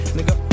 Nigga